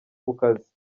kukazi